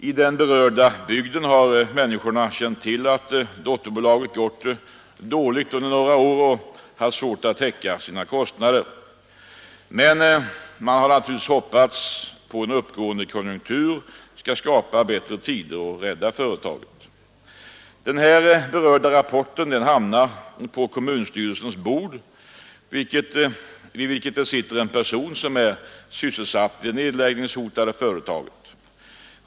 I den berörda bygden har människorna känt till att dotterbolaget gått dåligt under några år och haft svårt att täcka sina kostnader. Men man har naturligtvis hoppats att en uppåtgående konjunktur skall skapa bättre tider och rädda företaget. Rapporten hamnar på kommunstyrelsens bord, vid vilket det sitter en person som är sysselsatt i det nedläggningshotade företaget.